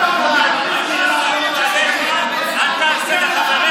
מה ששנוא עליך, אל תעשה לחברך.